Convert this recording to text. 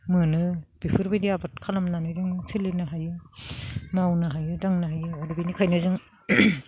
मोनो बेफोरबायदि आबाद खालामनानै जोङो सोलिनो हायो मावनो हायो दांनो हायो आरो बेनिखायनो जों